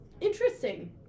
Interesting